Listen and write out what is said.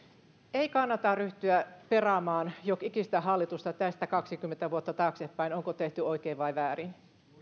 ei kannata ryhtyä perkaamaan jokikistä hallitusta tästä kaksikymmentä vuotta taaksepäin onko tehty oikein vai väärin